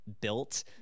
built